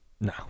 no